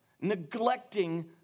neglecting